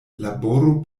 laboru